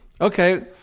Okay